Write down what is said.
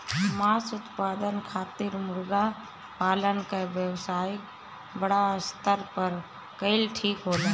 मांस उत्पादन खातिर मुर्गा पालन क व्यवसाय बड़ा स्तर पर कइल ठीक होला